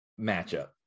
matchup